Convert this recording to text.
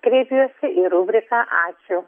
kreipiuosi į rubriką ačiū